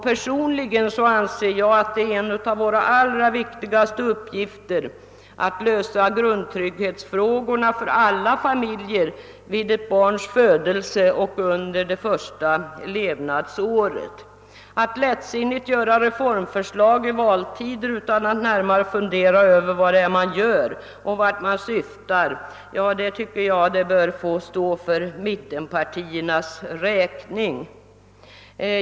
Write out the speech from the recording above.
Personligen anser jag att en av våra allra viktigaste uppgifter är att lösa grundtrygghetsfrågorna för alla familjer vid ett barns födelse och under de första levnadsåren. Att lättsinnigt utarbeta reformförslag i valtider utan att närmare fundera över vad man gör och vart man syftar, bör få stå för mittenpartiernas räkning.